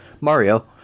Mario